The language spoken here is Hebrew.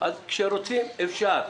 כשרוצים אפשר.